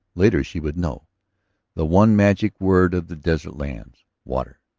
later she would know the one magic word of the desert lands water.